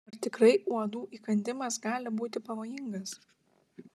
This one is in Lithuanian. ar tikrai uodų įkandimas gali būti pavojingas